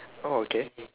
oh okay